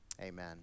amen